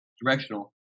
directional